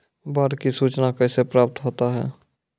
बाढ की सुचना कैसे प्राप्त होता हैं?